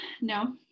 No